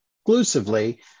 exclusively